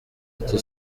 ati